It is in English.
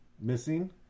missing